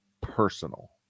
personal